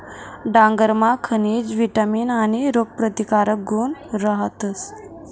डांगरमा खनिज, विटामीन आणि रोगप्रतिकारक गुण रहातस